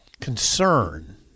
concern